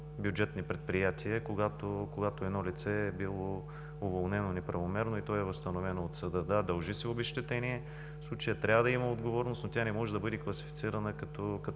бюджетни предприятия. Когато едно лице е било уволнено неправомерно и то е възстановено от съда, да, дължи се обезщетение. В случая трябва да има отговорност, но тя не може да бъде класифицирана като